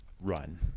run